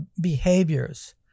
behaviors